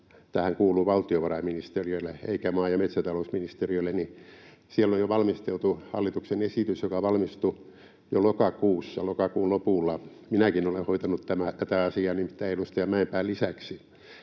tämähän kuuluu valtiovarainministeriölle eikä maa- ja metsätalousministeriölle — jo valmisteltu hallituksen esitys, joka valmistui jo lokakuussa, lokakuun lopulla. Minäkin olen nimittäin hoitanut tätä asiaa edustaja Mäenpään lisäksi.